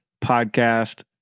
podcast